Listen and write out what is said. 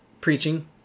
Preaching